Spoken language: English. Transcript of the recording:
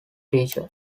teacher